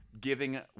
giving